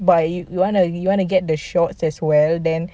but you want to you want to get the shorts as well then